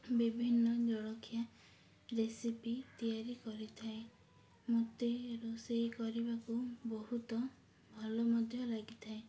ବିଭିନ୍ନ ଜଳଖିଆ ରେସିପି ତିଆରି କରିଥାଏ ମୋତେ ରୋଷେଇ କରିବାକୁ ବହୁତ ଭଲ ମଧ୍ୟ ଲାଗିଥାଏ